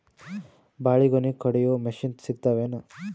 ಬಾಳಿಗೊನಿ ಕಡಿಯು ಮಷಿನ್ ಸಿಗತವೇನು?